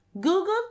Google